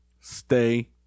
stay